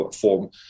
form